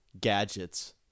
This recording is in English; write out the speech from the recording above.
gadgets